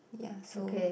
ya so